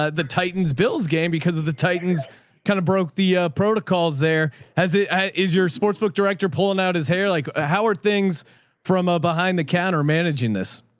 ah the titans bill's game because of the titans kind of broke the protocols there as it is your sports sportsbook director pulling out his hair. like ah how are things from a behind the counter managing this?